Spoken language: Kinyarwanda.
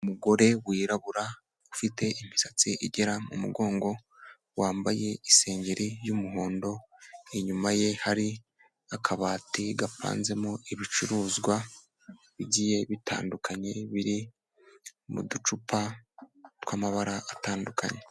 Umugore wirabura ufite imisatsi igera mu mugongo wambaye isengeri y'umuhondo inyuma ye hari akabati gapanzemo ibicuruzwa bigiye bitandukanye biri mu ducupa tw'amabara atandukanye.